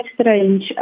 strange